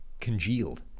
congealed